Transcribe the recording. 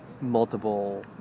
multiple